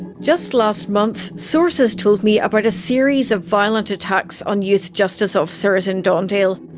just last month, sources told me about a series of violent attacks on youth justice officers in don dale.